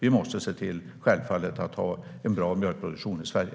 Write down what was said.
Vi måste självfallet se till att ha en bra mjölkproduktion i Sverige.